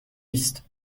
است